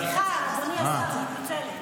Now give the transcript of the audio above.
סליחה, אדוני השר, אני מתנצלת.